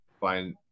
find